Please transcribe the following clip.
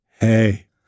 hey